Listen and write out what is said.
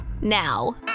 now